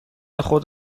خود